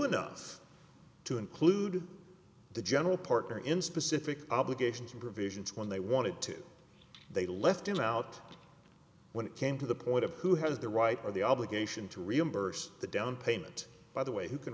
enough to include the general partner in specific obligations and provisions when they wanted to they left it out when it came to the point of who has the right or the obligation to reimburse the downpayment by the way who can